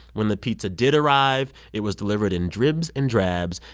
when the pizza did arrive, it was delivered in dribs and drabs.